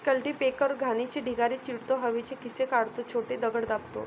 cultipacker घाणीचे ढिगारे चिरडतो, हवेचे खिसे काढतो, छोटे दगड दाबतो